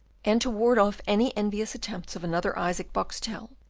and to ward off any envious attempts of another isaac boxtel,